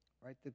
right